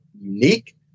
unique